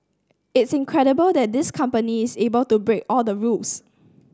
it's incredible that this company is able to break all the rules